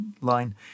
line